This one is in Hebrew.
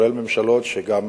כולל ממשלות שגם